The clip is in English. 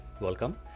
welcome